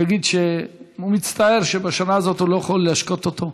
הוא יגיד שהוא מצטער שבשנה הזאת הוא לא יכול להשקות אותו?